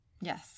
Yes